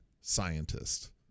scientist